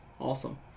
awesome